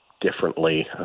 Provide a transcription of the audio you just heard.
differently